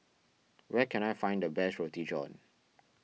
where can I find the best Roti John